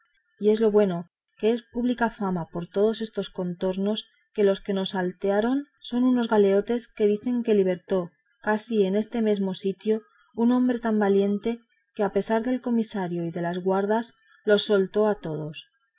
y es lo bueno que es pública fama por todos estos contornos que los que nos saltearon son de unos galeotes que dicen que libertó casi en este mesmo sitio un hombre tan valiente que a pesar del comisario y de las guardas los soltó a todos